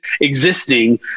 existing